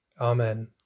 Amen